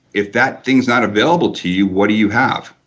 if that things not available to you what do you have?